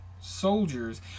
soldiers